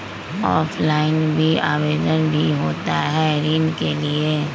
Offline भी आवेदन भी होता है ऋण के लिए?